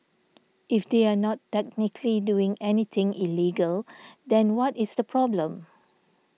if they are not technically doing anything illegal then what is the problem